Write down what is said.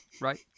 right